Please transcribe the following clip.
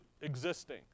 existing